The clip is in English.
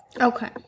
Okay